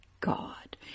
God